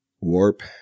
warp